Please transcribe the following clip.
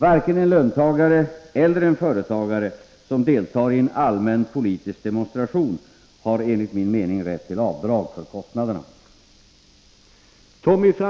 Varken en löntagare eller en företagare som deltar i en allmän politisk demonstration har enligt min mening rätt till avdrag för kostnaderna.